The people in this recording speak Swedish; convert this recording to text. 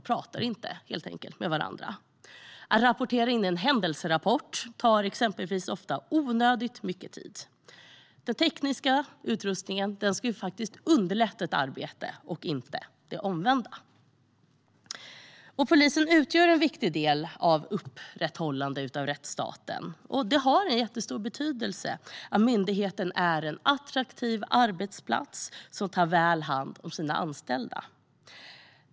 De talar helt enkelt inte med varandra. Att rapportera in en händelserapport tar exempelvis ofta onödigt mycket tid. Den tekniska utrustningen ska underlätta ett arbete och inte det omvända. Polisen utgör en viktig del av upprätthållandet av rättsstaten. Det har en jättestor betydelse att myndigheten är en attraktiv arbetsplats som tar väl hand om sina anställda.